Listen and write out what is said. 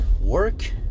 work